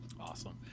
Awesome